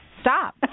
Stop